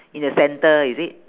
in the center is it